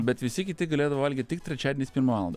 bet visi kiti galėdavo valgyt tik trečiadieniais pirmą valandą